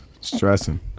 stressing